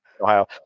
Ohio